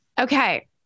Okay